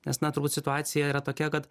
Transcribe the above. nes na turbūt situacija yra tokia kad